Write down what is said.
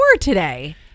today